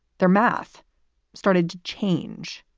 their math started to change